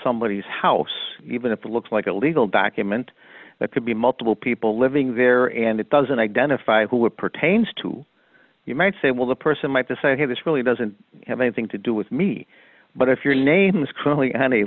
somebodies house even if it looks like a legal document that could be multiple people living there and it doesn't identify who would pertains to you might say well the person might decide hey this really doesn't have anything to do with me but if your name is currently